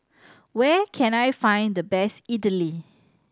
where can I find the best Idili